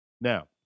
Now